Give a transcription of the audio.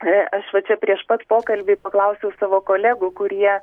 aš va čia prieš pat pokalbį paklausiau savo kolegų kurie